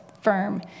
firm